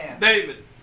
David